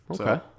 Okay